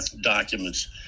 documents